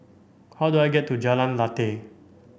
how do I get to Jalan Lateh